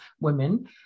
women